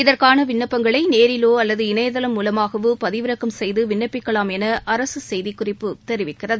இதற்கான விண்ணப்பங்களை நேரிலோ அல்லது இணையதளம் மூலமாகவோ பதிவிறக்கம் செய்து விண்ணப்பிக்கலாம் என அரசு செய்திக்குறிப்பு தெரிவிக்கிறது